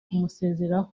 kumusezeraho